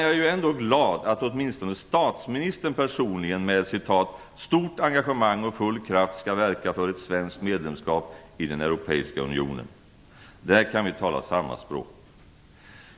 Jag är ju ändå glad att åtminstone statsministern personligt med "stort engagemang och full kraft skall verka för ett svenskt medlemskap i den europeiska unionen". Där kan vi tala samma språk.